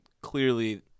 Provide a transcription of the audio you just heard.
clearly